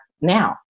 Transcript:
now